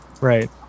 Right